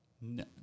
No